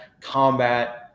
combat